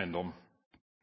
eiendom.